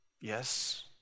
Yes